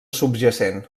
subjacent